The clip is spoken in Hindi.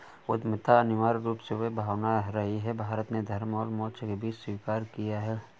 उद्यमिता अनिवार्य रूप से वह भावना रही है, भारत ने धर्म और मोक्ष के बीच स्वीकार किया है